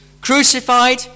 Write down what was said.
crucified